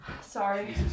Sorry